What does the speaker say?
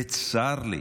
וצר לי